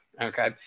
Okay